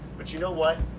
but you know what,